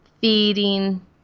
feeding